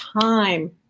time